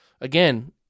again